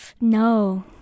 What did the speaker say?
No